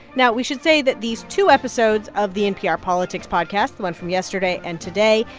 now, we should say that these two episodes of the npr politics podcast, the one from yesterday and today,